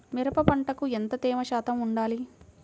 మిరప పంటకు ఎంత తేమ శాతం వుండాలి?